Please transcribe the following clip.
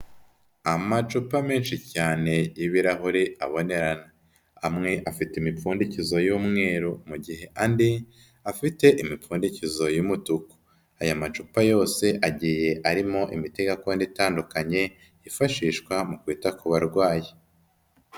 Amacupa menshi cyane y'ibirahuri abonerana, amwe afite imipfundikizo y'umweru mu gihe andi afite imipfundikizo y'umutuku, aya macupa yose agiye arimo imiti gakondo itandukanye yifashishwa mu kwita ku barwayi.